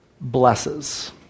blesses